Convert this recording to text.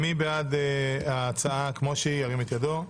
מי בעד ההצעה כמו שהיא ירים את ידו.